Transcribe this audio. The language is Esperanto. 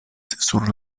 sur